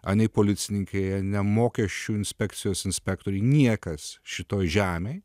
anei policininkai ne mokesčių inspekcijos inspektoriai niekas šitoj žemėj